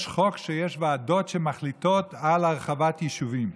יש חוק שיש ועדות שמחליטות על הרחבת יישובים.